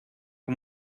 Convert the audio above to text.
him